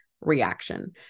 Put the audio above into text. reaction